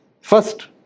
First